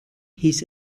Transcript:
hieß